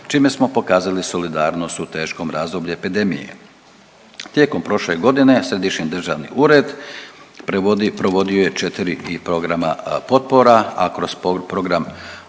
čime smo pokazali solidarnost u teškom razdoblju epidemije. Tijekom prošle godine, središnji državni ured provodio je 4 i programa potpora, a kroz program